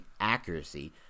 accuracy